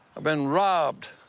been robbed.